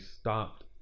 stopped